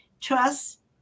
trust